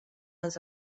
els